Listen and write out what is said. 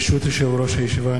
ברשות יושב-ראש הישיבה,